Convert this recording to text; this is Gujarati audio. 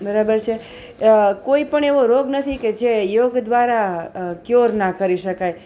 બરાબર છે કોઈપણ એવો રોગ નથી કે જે યોગ દ્વારા ક્યોર ના કરી શકાય